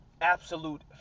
absolute